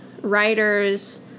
writers